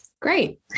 Great